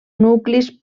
nuclis